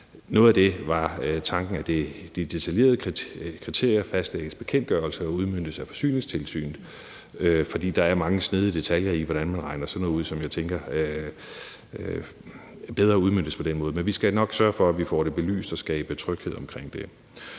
Noget af tanken var, at de detaljerede kriterier fastlægges, bekendtgøres og udmøntes af Forsyningstilsynet, fordi der er mange snedige detaljer i, hvordan man regner sådan noget ud, hvilket jeg tænker udmøntes bedre på den måde. Men vi skal nok sørge for, at vi får det belyst, og skabe tryghed omkring det.